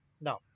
no